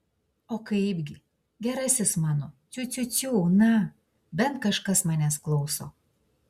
o kaipgi gerasis mano ciu ciu ciu na bent kažkas manęs klauso